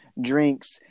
drinks